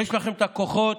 יש לכם את הכוחות,